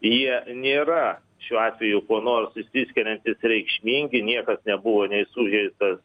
jie nėra šiuo atveju kuo nors išsiskiriantys reikšmingi niekas nebuvo nei sužeistas